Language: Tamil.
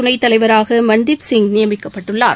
துணைத்தலைவராகமன்தீப்சிங் நியமிக்கப்பட்டுள்ளார்